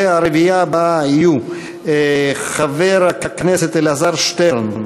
הרביעייה הבאה: חברי הכנסת אלעזר שטרן,